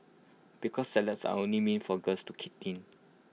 because salads are only meant for girls to keep thin